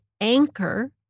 anchor